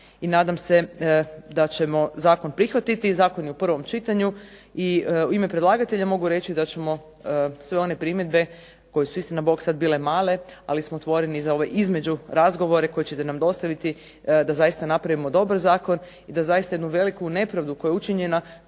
i nadam se da ćemo zakon prihvatiti. Zakon je u prvom čitanju i u ime predlagatelja mogu reći da ćemo sve one primjedbe koje su istina sad bile male ali smo otvoreni za ove između razgovore koje ćete nam dostaviti da zaista napravimo dobar zakon i da zaista jednu veliku nepravdu koja je učinjena,